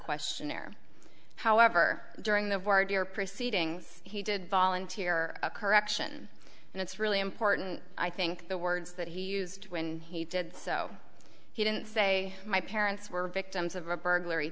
questionnaire however during the proceedings he did volunteer a correction and it's really important i think the words that he used when he did so he didn't say my parents were victims of a burglary